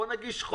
בוא נגיש חוק.